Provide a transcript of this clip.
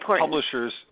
publishers